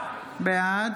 בעד